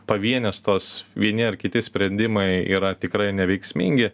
pavienės tos vieni ar kiti sprendimai yra tikrai neveiksmingi